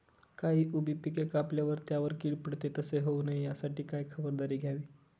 काही उभी पिके कापल्यावर त्यावर कीड पडते, तसे होऊ नये यासाठी काय खबरदारी घ्यावी?